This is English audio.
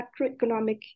macroeconomic